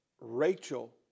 Rachel